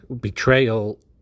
betrayal